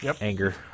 Anger